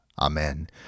Amen